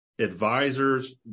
advisors